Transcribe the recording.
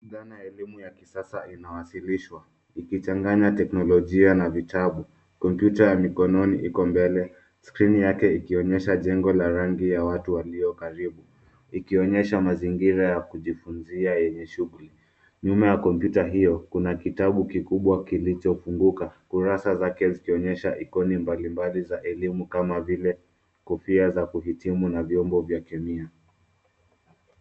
Dhana ya elimu ya kisasa inawasilishwa ikichanganya teknolojia na vitabu. Kompyuta ya mikononi iko mbele, skrini yake ikionyesha jengo la rangi ya watu walio karibu, ikionyesha mazingira ya kujifunzia yenye shughuli. Nyuma ya kompyuta hiyo kuna kitabu kikubwa kilichofunguka, kurasa zake zikionyesha ikoni mbalimbali za elimu kama vile kofia za kuhitimu na vyombo vya kimwili.